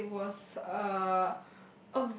so it was a